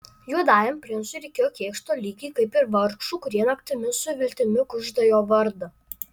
juodajam princui reikėjo kėkšto lygiai kaip ir vargšų kurie naktimis su viltimi kužda jo vardą